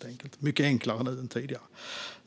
är mycket enklare nu än tidigare.